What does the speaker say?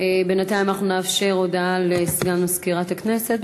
בינתיים אנחנו נאפשר הודעה לסגן מזכירת הכנסת,